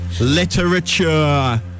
Literature